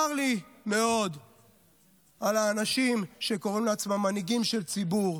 צר לי מאוד על האנשים שקוראים לעצמם מנהיגים של ציבור